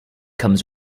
comes